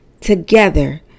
Together